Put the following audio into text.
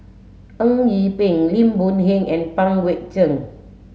Eng Yee Peng Lim Boon Heng and Pang Guek Cheng